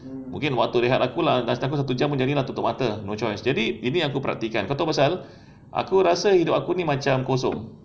mungkin waktu rehat aku lah lunch aku satu jam tutup mata no choice ah jadi jadi aku perhatikan kau tahu pasal aku rasa hidup aku ni macam kosong